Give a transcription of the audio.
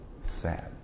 sad